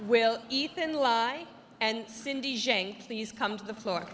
will eat then lie and cindy shank these come to the floor